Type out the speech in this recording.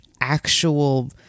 actual